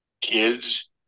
kids